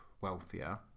wealthier